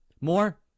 more